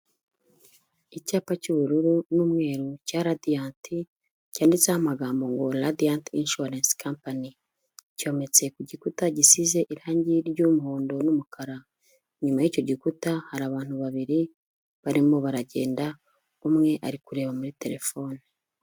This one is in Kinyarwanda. Icyapa cy'ubururu n'umweru cya Radiant cyanditseho amagambo ngo Radiant Insurance Company. Cyometse ku gikuta gisize irangi ry'umuhondo n'umukara, inyuma y'icyo gikuta hari abantu babiri barimo baragenda, umwe ari kureba muri telefone.